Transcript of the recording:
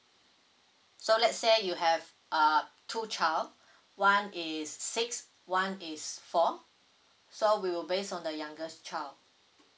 so let's say you have uh two child one is six one is four so we will based on the youngest child